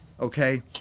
okay